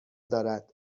دارد